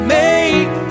make